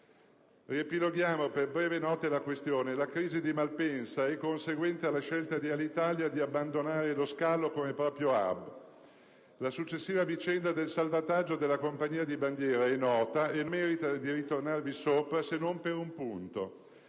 Riepiloghiamo per brevi note la questione. La crisi di Malpensa è conseguente alla scelta di Alitalia di abbandonare lo scalo come proprio *hub*. La successiva vicenda del salvataggio della compagnia di bandiera è nota e non merita di ritornarvi sopra, se non per un punto: